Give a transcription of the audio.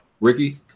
Ricky